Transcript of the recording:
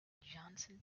johnson